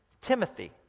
Timothy